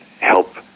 help